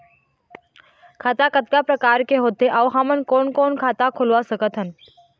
खाता कतका प्रकार के होथे अऊ हमन कोन कोन खाता खुलवा सकत हन?